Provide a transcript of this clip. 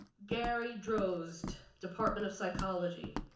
gary drost, department of psychology.